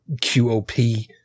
QOP